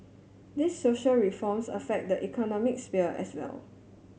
these social reforms affect the economic sphere as well